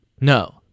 No